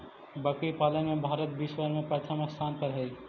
बकरी पालन में भारत विश्व भर में प्रथम स्थान पर हई